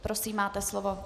Prosím, máte slovo.